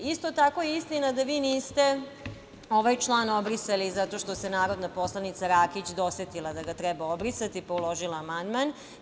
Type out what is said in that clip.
Isto tako je istina da vi niste ovaj član obrisali zato što se narodna poslanica Rakić dosetila da ga treba obrisati, pa uložila amandman.